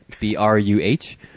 B-R-U-H